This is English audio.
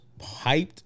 hyped